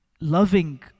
loving